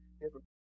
different